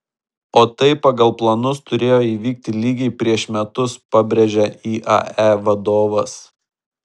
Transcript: o tai pagal planus turėjo įvykti lygiai prieš metus pabrėžė iae vadovas